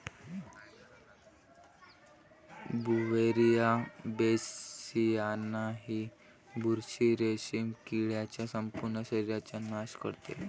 Beauveria bassiana ही बुरशी रेशीम किडीच्या संपूर्ण शरीराचा नाश करते